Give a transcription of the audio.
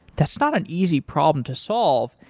that's not an easy problem to solve,